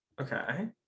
Okay